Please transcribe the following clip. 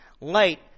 light